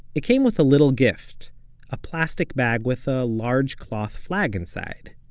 it came with a little gift a plastic bag with, a large cloth flag inside.